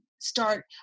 start